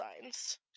signs